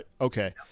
okay